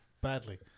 badly